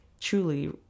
truly